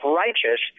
righteous